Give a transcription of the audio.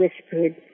whispered